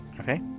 Okay